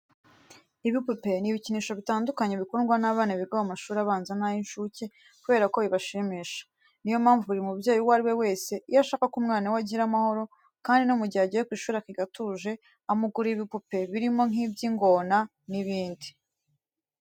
Ibipupe n'ibikinisho bitandukanye bikundwa n'abana biga mu mashuri abanza n'ay'incuke kubera ko bibashimisha. Ni yo mpamvu buri mubyeyi uwo ari we wese iyo ashaka ko umwana we agira amahoro kandi no mu gihe agiye ku ishuri akiga atuje, amugurira ibipupe birimo nk'iby'ingona n'ibindi.